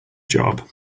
job